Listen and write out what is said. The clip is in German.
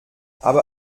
aber